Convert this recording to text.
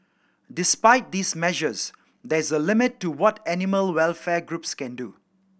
despite these measures there is a limit to what animal welfare groups can do